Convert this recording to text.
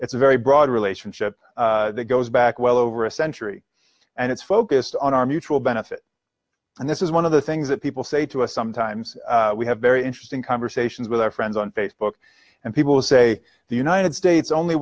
it's a very broad relationship that goes back well over a century and it's focused on our mutual benefit and this is one of the things that people say to us sometimes we have very interesting conversations with our friends on facebook and people say the united states only